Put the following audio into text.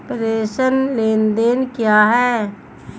प्रेषण लेनदेन क्या है?